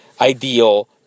ideal